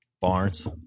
Barnes